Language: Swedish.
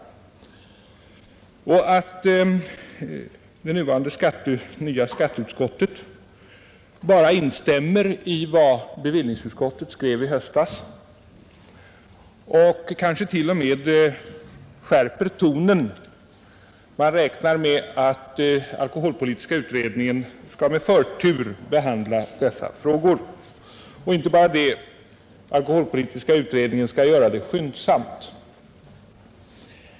Det nya skatteutskottet bara instämmer i vad bevillningsutskottet skrev i höstas och skärper t.o.m. tonen — man räknar med att den alkoholpolitiska utredningen med förtur skall behandla mellanölsfrågan, och inte bara detta utan den skall göra det skyndsamt.